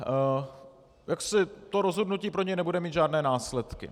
A to rozhodnutí pro něj nebude mít žádné následky.